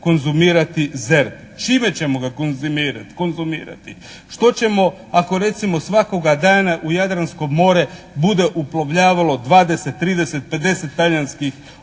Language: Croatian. konzumirati ZERP? Čime ćemo ga konzumirati? Što ćemo ako recimo svakoga dana u Jadransko more bude uplovljavalo 20, 30, 50 talijanskih